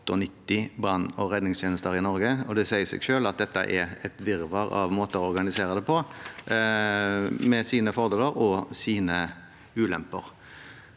198 brann- og redningstjenester i Norge, og det sier seg selv at det er et virvar av måter å organisere det på, med sine fordeler og sine ulemper.